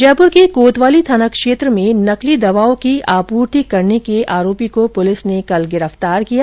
जयपुर के कोतवाली थाना क्षेत्र में नकली दवाओं की आपूर्ति करने के आरोपी को पुलिस ने कल गिरफ्तार कर लिया